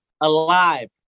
alive